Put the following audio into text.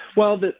well, but